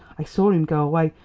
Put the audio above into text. i saw him go away.